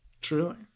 Truly